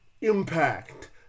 impact